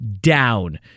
down